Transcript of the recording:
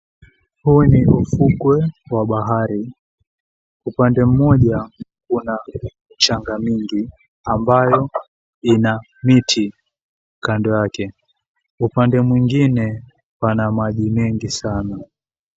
Huu ni ufukwe wa bahari, upande mmoja una michanga mingi ambayo ina miti kando yake. Upande mwengine pana maji mengi sana.